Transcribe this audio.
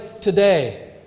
today